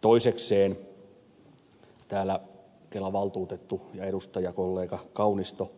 toisekseen täällä kela valtuutettu ja edustajakollega kaunisto